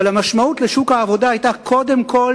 אבל המשמעות לשוק העבודה היתה קודם כול